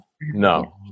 no